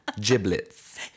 Giblets